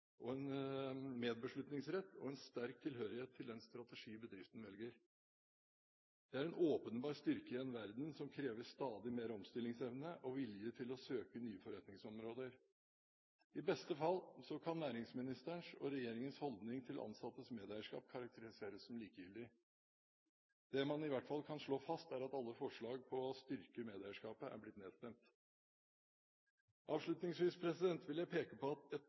og en sterk tilhørighet til den strategi som bedriften velger. Det er en åpenbar styrke i en verden som krever stadig mer omstillingsevne og vilje til å søke nye forretningsområder. I beste fall kan næringsministerens og regjeringens holdning til ansattes medeierskap karakteriseres som likegyldig. Det man i hvert fall kan slå fast, er at alle forslag for å styrke medeierskapet har blitt nedstemt. Avslutningsvis vil jeg peke på at et